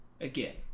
Again